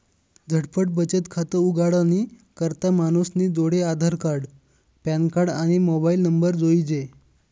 झटपट बचत खातं उघाडानी करता मानूसनी जोडे आधारकार्ड, पॅनकार्ड, आणि मोबाईल नंबर जोइजे